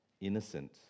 innocent